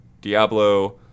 Diablo